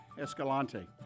Escalante